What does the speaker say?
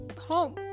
home